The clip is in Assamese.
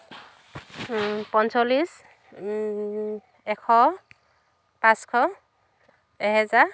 পঞ্চল্লিছ এশ পাঁচশ এহেজাৰ